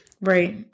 Right